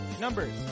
Numbers